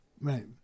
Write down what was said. Right